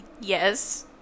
Yes